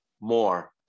more